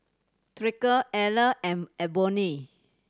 Tyreke Eller and Ebony